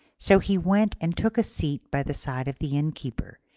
so he went and took a seat by the side of the innkeeper,